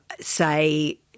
say